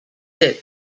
said